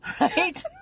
Right